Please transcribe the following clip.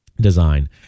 design